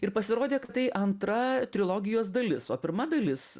ir pasirodė kad tai antra trilogijos dalis o pirma dalis